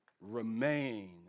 remain